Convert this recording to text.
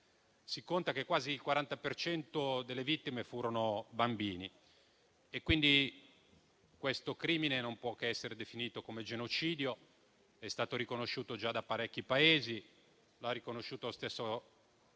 Si conta che quasi il 40 per cento delle vittime furono bambini, quindi questo crimine non può che essere definito come genocidio: è stato riconosciuto già da parecchi Paesi e l'ha riconosciuto lo stesso